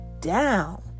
down